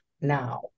now